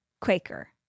Quaker